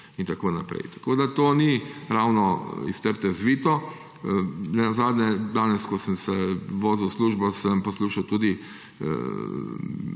in tako naprej. Tako da to ni ravno iz trte izvito. Ne nazadnje, danes, ko sem se vozil v službo, sem poslušal